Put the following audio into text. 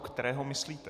Kterého myslíte?